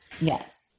Yes